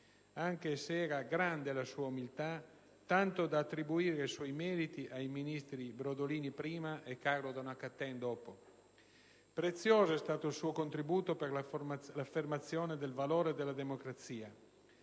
anche se era grande la sua umiltà, tanto da attribuire i suoi meriti ai ministri Brodolini prima e Carlo Donat-Cattin dopo. Prezioso è stato il suo contributo per l'affermazione del valore della democrazia: